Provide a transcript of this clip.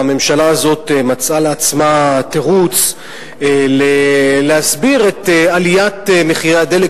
הממשלה הזאת מצאה לעצמה תירוץ להסביר את עליית מחירי הדלק,